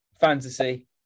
fantasy